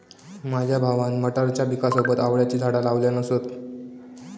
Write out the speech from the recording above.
माझ्या भावान मटारच्या पिकासोबत आवळ्याची झाडा लावल्यान असत